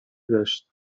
داشت